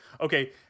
okay